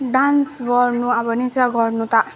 dance गर्नु अब नृत्य गर्नु त